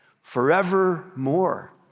forevermore